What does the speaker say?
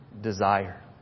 desire